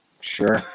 Sure